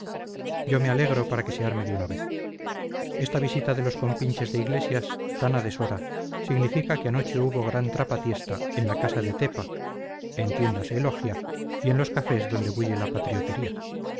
yo me alegro para que se arme de una vez esta visita de los compinches de iglesias tan a deshora significa que anoche hubo gran trapatiesta en la casa de tepa entiéndase logia y en los cafés donde bulle la